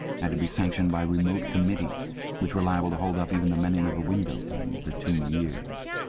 had to be sanctioned by remote committees which were liable to hold up even the mending of a window-pane for two years.